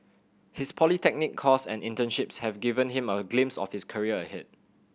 his polytechnic course and internships have given him a glimpse of his career ahead